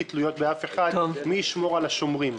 תלויות באף אחד: מי ישמור על השומרים.